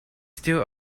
still